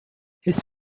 his